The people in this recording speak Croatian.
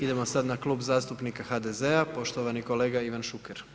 Idemo sad Klub zastupnika HDZ-a poštovani kolega Ivan Šuker.